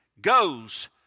goes